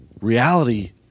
reality